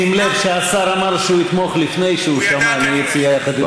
שים לב שהשר אמר שהוא יתמוך לפני שהוא שמע על מי שהציע יחד אתך.